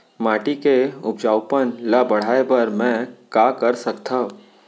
माटी के उपजाऊपन ल बढ़ाय बर मैं का कर सकथव?